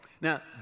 now